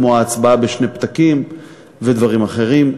כמו ההצבעה בשני פתקים ודברים אחרים.